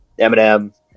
Eminem